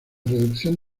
reducción